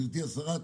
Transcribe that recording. גברתי השרה,